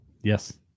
Yes